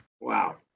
Wow